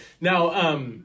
Now